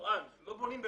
תנו מטמנות,